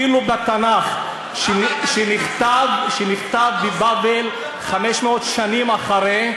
אפילו בתנ"ך שנכתב בבבל 500 שנים אחרי.